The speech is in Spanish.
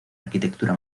arquitectura